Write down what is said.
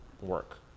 work